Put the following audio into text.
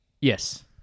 Yes